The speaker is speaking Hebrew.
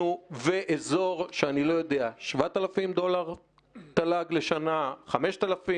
ואזור של 7,000 דולר תל"ג לשנה או אולי 5,000,